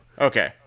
Okay